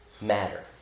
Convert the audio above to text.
matter